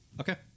Okay